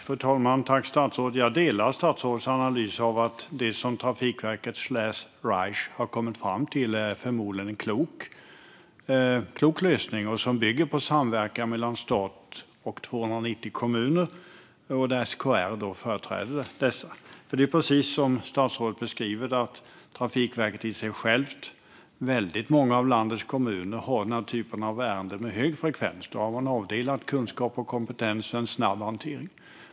Fru talman! Jag delar statsrådets analys att det som Trafikverket/Rise har kommit fram till förmodligen är en klok lösning, som bygger på en samverkan mellan stat och 290 kommuner där SKR företräder dessa. Det är precis som statsrådet beskriver det. Väldigt många av landets kommuner har den här typen av ärenden med hög frekvens. Då har man avdelat kunskap och kompetens och får en snabb hantering.